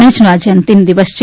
મેચનો આજે અંતિમ દિવસ છે